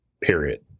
period